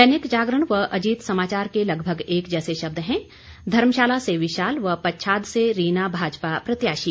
दैनिक जागरण व अजीत समाचार के लगभग एक जैसे शब्द हैं धर्मशाला से विशाल व पच्छाद से रीना भाजपा प्रत्याशी